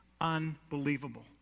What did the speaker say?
Unbelievable